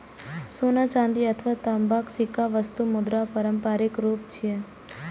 सोना, चांदी अथवा तांबाक सिक्का वस्तु मुद्राक पारंपरिक रूप छियै